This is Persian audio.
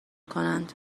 کنند